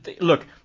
Look